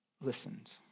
listened